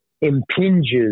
impinges